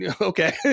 okay